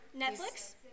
Netflix